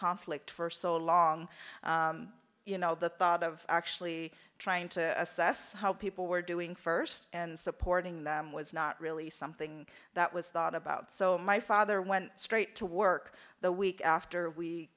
conflict for so long you know the thought of actually trying to assess how people were doing first and supporting them was not really something that was thought about so my father went straight to work the week after we